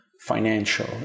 financial